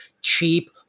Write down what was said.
Cheap